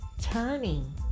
turning